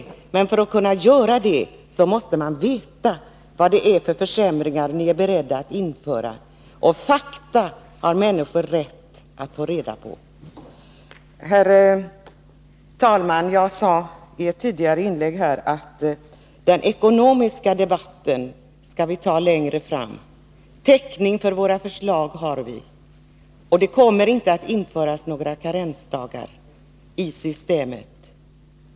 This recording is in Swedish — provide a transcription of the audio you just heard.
För att de skall kunna göra det, måste de veta vad det är för försämringar som ni är beredda att införa. Fakta har människor rätt att få reda på. Herr talman! Jag sade i ett tidigare inlägg att vi skall ta den ekonomiska debatten längre fram. Vi har täckning för våra förslag, och det kommer inte att införas några karensdagar i systemet.